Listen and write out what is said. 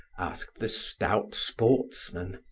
asked the stout sportsman.